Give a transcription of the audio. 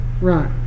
Right